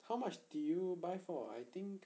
how much do you buy for I think